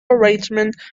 arrangement